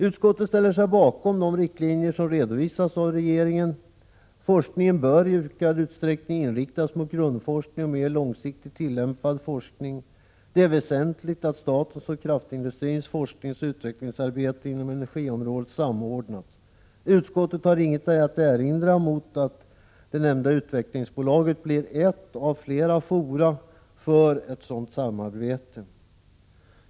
Utskottet ställer sig bakom de riktlinjer som redovisas av regeringen. Forskningen bör i ökad utsträckning inriktas mot grundforskning och mer långsiktigt tillämpad forskning. Det är väsentligt att statens och kraftindustrins forskningsoch utvecklingsarbete inom energiområdet samordnas. Utskottet har inget att erinra mot att det nämnda utvecklingsbolaget blir ett av flera fora för ett sådant samarbete.